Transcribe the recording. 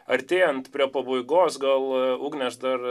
artėjant prie pabaigos galo ugnė aš dar